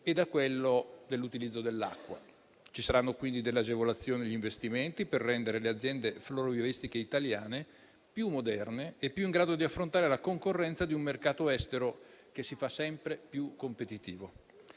del riscaldamento e dell'acqua. Ci saranno quindi agevolazioni agli investimenti, per rendere le aziende florovivaistiche italiane più moderne e più in grado di affrontare la concorrenza di un mercato estero che si fa sempre più competitivo.